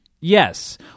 Yes